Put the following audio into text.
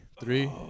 Three